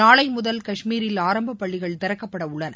நாளைமுதல் காஷ்மீரில் ஆரம்பப்பள்ளிகள் திறக்கப்படவுள்ளன